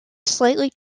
slightly